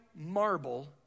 marble